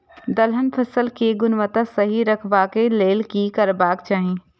दलहन फसल केय गुणवत्ता सही रखवाक लेल की करबाक चाहि?